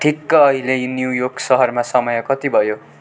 ठिक्क अहिले New York सहरमा समय कति भयो